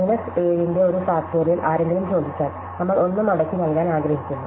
minus 7 ന്റെ ഒരു factorial ആരെങ്കിലും ചോദിച്ചാൽ നമ്മൾ 1 മടക്കി നൽകാൻ ആഗ്രഹിക്കുന്നു